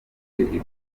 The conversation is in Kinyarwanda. ibyo